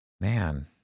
Man